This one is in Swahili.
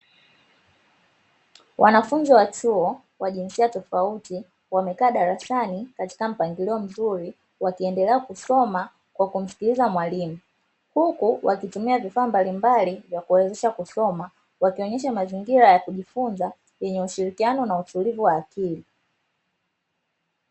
Wanafunzi wa chuo wa jinsia tofauti wamekaa darasani katika mpangilio mzuri wakiendelea kusoma kwa kumsikiliza mwalimu, huku wakitumia vifaa mbalimbali vya kuwezesha kusoma wakionyesha mazingira ya kujifunza yenye ushirikiano na utulivu wa akili.